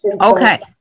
Okay